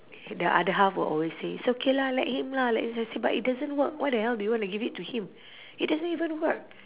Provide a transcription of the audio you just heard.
the other half will always say it's okay lah let him lah but it doesn't work why the hell do you want to give it to him it doesn't even work